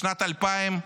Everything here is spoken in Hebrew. בשנת 2000,